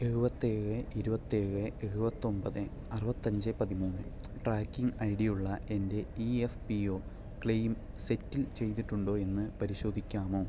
എഴുപത്തേഴ് ഇരുപത്തേഴ് എഴുപത്തൊമ്പടി അറുപത്തഞ്ച് പതിമൂന്ന് ട്രാക്കിംഗ് ഐടിയുള്ള എൻ്റെ E F P O claim settle ചെയ്തിട്ടുണ്ടോ എന്ന് പരിശോധിക്കാമോ